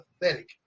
pathetic